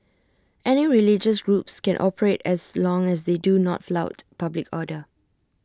any religious groups can operate as long as they do not flout public order